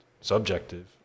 subjective